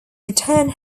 return